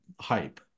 hype